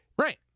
right